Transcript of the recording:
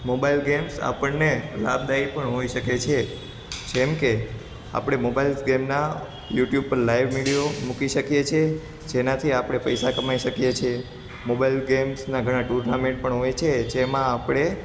mobile games આપણને લાભદાય પણ હોઇ શકે છે જેમકે આપણે મોબાઈલ ગેમ્સના યુટુબ પર લાઈવ વિડીયો મૂકી શકીએ છીએ જેનાથી આપણે પૈસા કમાઈ શકીએ છીએ મોબાઈલ ગેમ્સના ઘણા ટુર્નામેન્ટ પણ હોય છે જેમાં આપણે